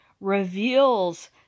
reveals